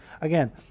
again